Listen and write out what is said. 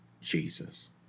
Jesus